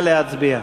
נא להצביע.